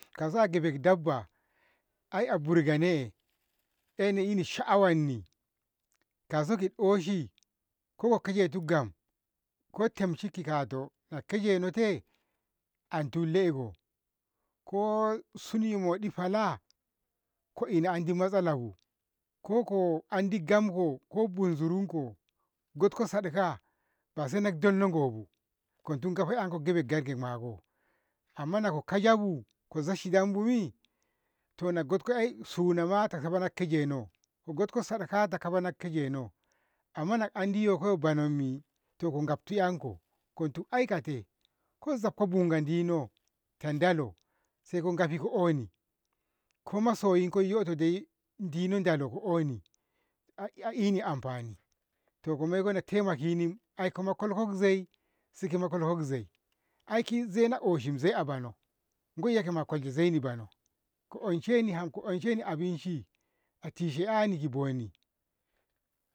Kauso ageg dabba ai a burga nai eh na eni sha'awanni kauso ki ooshi kokejetu gam ko tamshi ki kato na kejeno tee antu le'ako ko suni moɗi fala ko ina andi matsala bu ko ko andi gamko ko bunsurutko kogo saɗi ka'a basai na dalno gobu ko dingo kofa 'ya gebe gaggi mako amma nako kajabu koza shidda bumi? tona gotko ei sunama ta kabana na kajeno, ko gotko sada kata kabana kejeno amma na andi yokot banammi toko gaftu enko kotu aikate ko zafko bunga diino ntadalo saiko ngafi ko ooni ko masoyinkoi yoto dai diino dalo ko ooni a- ai eeni amfani to komoiko na taimakini ai ko moiko kolkoi zai sima kolkoi zai, ai ki zena oshin zai a bono koiya kolshe zaini bono ko onsheni ham ko onsheni abinshi a tishe 'yaani ki boni.